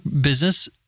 business